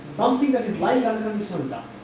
something that is lying unconditional jump.